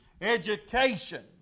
education